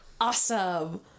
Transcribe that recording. Awesome